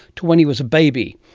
to when he was a baby,